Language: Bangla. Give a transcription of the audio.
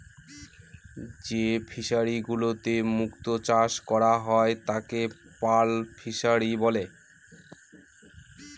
যে ফিশারিগুলোতে মুক্ত চাষ করা হয় তাকে পার্ল ফিসারী বলে